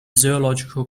zoological